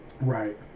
right